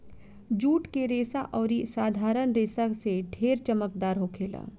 जुट के रेसा अउरी साधारण रेसा से ढेर चमकदार होखेला